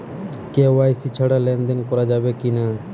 KYC ছাড়া লেনদেন করা যাবে কিনা?